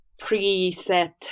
preset